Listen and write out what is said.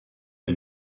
est